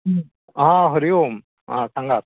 आं हरी ओम आं सांगात